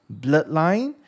bloodline